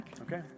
Okay